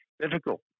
difficult